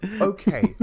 Okay